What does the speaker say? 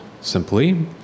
simply